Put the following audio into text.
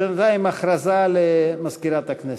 בינתיים, הודעה למזכירת הכנסת.